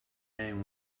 name